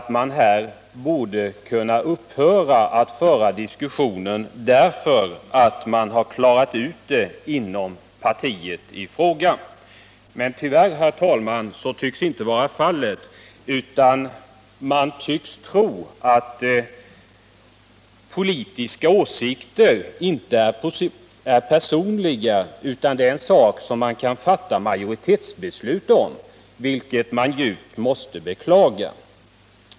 Tyvärr, herr talman, tycks detta inte vara fallet. Man tycks tro att politiska åsikter inte är en personlig sak utan en sak som man kan fatta majoritetsbeslut om. Detta måste djupt beklagas.